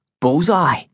Bullseye